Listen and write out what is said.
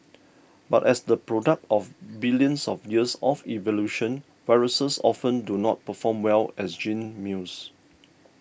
but as the product of billions of years of evolution viruses often do not perform well as gene mules